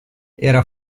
era